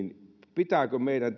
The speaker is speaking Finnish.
pitääkö meidän